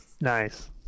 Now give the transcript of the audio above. Nice